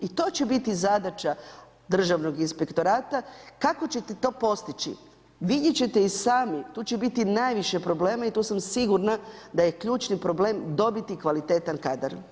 I to će biti zadaća Državnog inspektorata, kako ćete to postići vidjet ćete i sami, tu će biti najviše problema i tu sam sigurna da je ključni problem dobiti kvalitetan kadar.